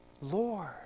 Lord